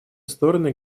стороны